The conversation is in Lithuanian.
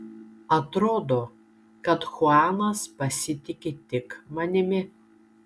atrodo kad chuanas pasitiki tik manimi